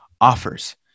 offers